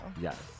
Yes